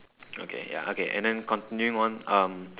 okay ya okay and then continuing on um